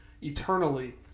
eternally